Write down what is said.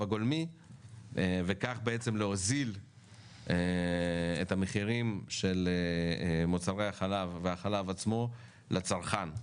הגולמי וכך להוזיל את המחירים של מוצרי החלב והחלב עצמו לצרכן.